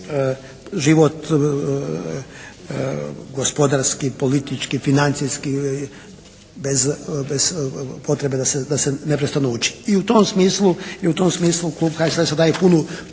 život gospodarski, politički, financijski bez potrebe da se neprestano uči. I u tom smislu, i u tom smislu